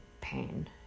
pain